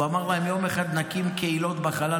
הוא אמר להם: יום אחד נקים קהילות בחלל,